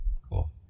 Cool